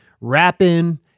rapping